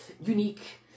unique